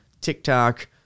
TikTok